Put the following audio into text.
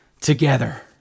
together